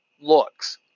looks